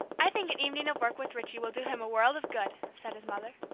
i think an evening of work with richie will do him a world of good, said his mother.